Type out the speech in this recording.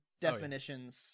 definitions